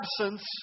absence